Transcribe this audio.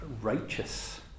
righteous